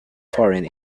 foreign